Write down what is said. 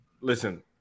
Listen